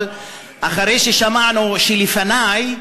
אבל אחרי ששמענו את מי שדיבר לפני,